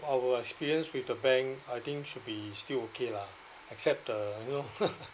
our experience with the bank I think should be still okay lah except the you know